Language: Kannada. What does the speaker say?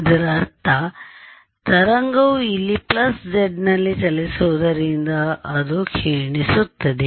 ಇದರರ್ಥ ತರಂಗವು ಇಲ್ಲಿ ಪ್ಲಸ್ z ನಲ್ಲಿ ಚಲಿಸುತ್ತಿರುವುದರಿಂದ ಅದು ಕ್ಷೀಣಿಸುತ್ತದೆ